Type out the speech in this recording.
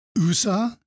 USA